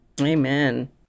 Amen